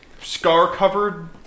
scar-covered